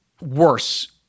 worse